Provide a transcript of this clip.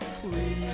Please